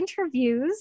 interviews